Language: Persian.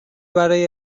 برای